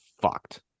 fucked